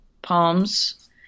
palms